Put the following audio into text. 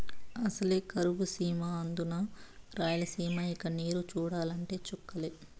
అసలే కరువు సీమ అందునా రాయలసీమ ఇక నీరు చూడాలంటే చుక్కలే